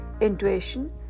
intuition